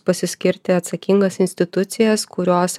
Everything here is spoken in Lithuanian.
pasiskirti atsakingas institucijas kurios